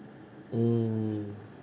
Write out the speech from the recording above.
mm